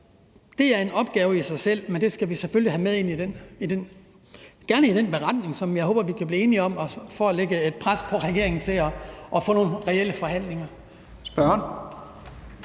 det er en opgave i sig selv, men det skal vi selvfølgelig have med ind i den – gerne – beretning, som jeg håber vi kan blive enige om, for at lægge et pres på regeringen for at få nogle reelle forhandlinger.